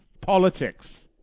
politics